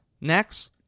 Next